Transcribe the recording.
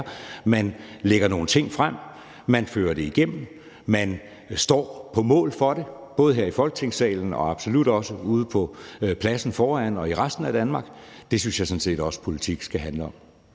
Man lægger nogle ting frem, man gennemfører det, og man står på mål for det, både her i Folketingssalen og absolut også ude på pladsen foran og i resten af Danmark. Det synes jeg sådan set også politik skal handle om.